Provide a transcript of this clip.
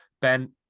Ben